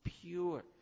pure